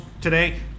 today